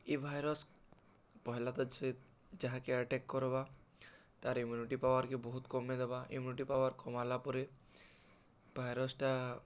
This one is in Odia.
ଏଇ ଭାଇରସ୍ ପହଲା ତ ସେ ଯାହାକେ ଆଟେକ୍ କରବା ତା'ର୍ ଇମ୍ୟୁନିଟି ପାୱାର୍କେ ବହୁତ କମେଇ ଦେବା ଇମ୍ୟୁନିଟି ପାୱାର୍ କମ୍ଲା ପରେ ଭାଇରସ୍ଟା